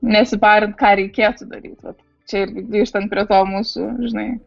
nesiparint ką reikėtų daryt vat čia irgi grįžtant prie to mūsų žinai